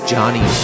Johnny